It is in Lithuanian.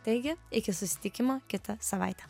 taigi iki susitikimo kitą savaitę